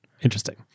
Interesting